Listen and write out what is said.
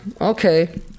okay